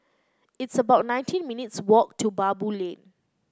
it's about nineteen minutes' walk to Baboo Lane